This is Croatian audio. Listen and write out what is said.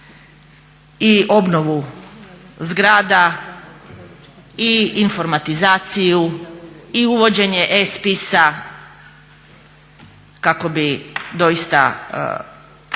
i obnovu zgrada, i informatizaciju, i uvođenje E spisa kako bi doista